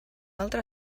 altre